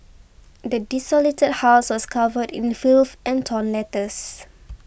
the desolated house was covered in filth and torn letters